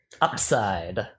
Upside